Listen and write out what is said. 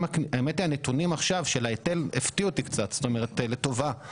האמת שהנתונים של ההיטל ההפתיעו אותי קצת לטובה,